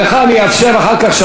אני אבקש אחר כך.